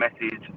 message